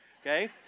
Okay